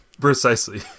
precisely